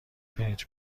پرینت